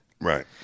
Right